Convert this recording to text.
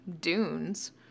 dunes